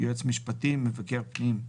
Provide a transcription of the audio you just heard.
יועץ משפטי ; מבקר פנים,